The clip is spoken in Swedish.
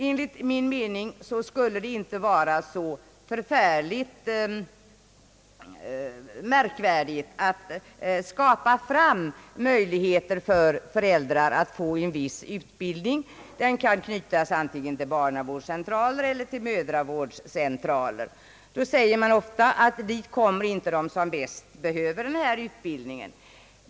Enligt min mening bör det inte vara så svårt att skapa möjligheter för för äldrar att få en viss utbildning — den kan knytas antingen till barnavårdscentraler eller mödravårdscentraler. Då sägs det ofta att de som bäst behöver denna utbildning inte går dit.